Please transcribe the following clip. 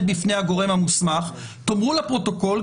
בפני הגורם המוסמך" תאמרו לפרוטוקול,